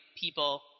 people